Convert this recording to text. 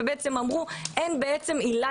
ואמרו: אין עילה